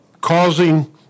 causing